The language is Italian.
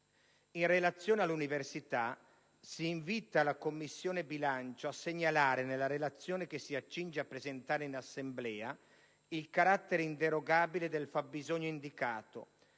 "In relazione all'università si invita la Commissione bilancio a segnalare, nella relazione che si accinge a presentare in Assemblea, il carattere inderogabile del fabbisogno indicato,